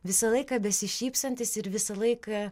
visą laiką besišypsantis ir visą laiką